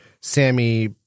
Sammy